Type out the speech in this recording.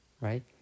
right